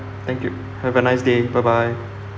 thank you have a nice day bye bye